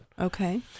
Okay